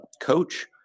coach